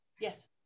Yes